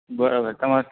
બરાબર તમારે